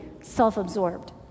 self-absorbed